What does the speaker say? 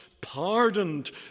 pardoned